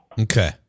Okay